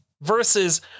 versus